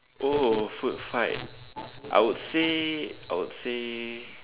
oh food fight I would say I would say